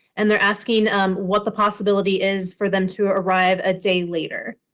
and they're asking what the possibility is for them to arrive a day later.